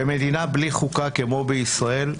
במדינה בלי חוקה, כמו בישראל,